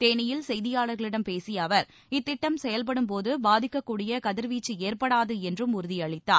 தேனியில் செய்தியாளர்களிடம் பேசிய அவர் இத்திட்டம் செயல்படும் போது பாதிக்கக்கூடிய கதிர்வீச்சு ஏற்படாது என்றும் உறுதியளித்தார்